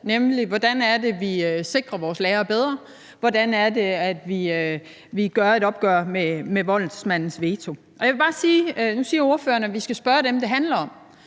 nemlig hvordan det er, vi sikrer vores lærere bedre, og hvordan det er, vi tager et opgør med voldsmandens veto. Nu siger ordføreren, at vi skal spørge dem, det handler om.